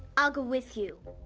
i'll go with you,